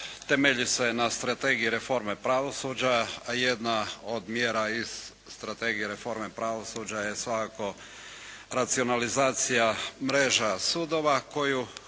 temelji se na Strategiji reforme pravosuđa, a jedna od mjera iz Strategije reformi pravosuđa je svakako racionalizacija mreža sudova koju